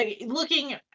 looking